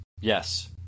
Yes